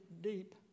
deep